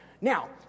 Now